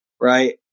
right